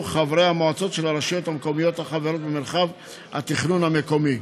חברי המועצות של הרשויות המקומיות החברות במרחב התכנון המקומי.